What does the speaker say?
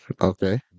Okay